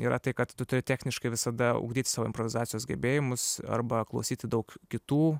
yra tai kad tu turi techniškai visada ugdyti savo improvizacijos gebėjimus arba klausyti daug kitų